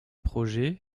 projet